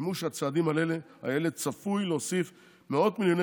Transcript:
מימוש הצעדים האלה צפוי להוסיף מאות מיליוני